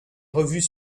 revues